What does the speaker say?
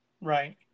right